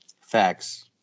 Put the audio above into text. facts